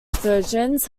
versions